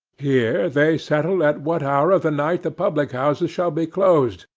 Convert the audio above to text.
here they settle at what hour of the night the public-houses shall be closed,